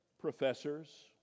professors